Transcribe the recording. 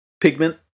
pigment